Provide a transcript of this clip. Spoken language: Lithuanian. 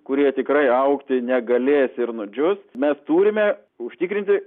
kurie tikrai augti negalės ir nudžius mes turime užtikrinti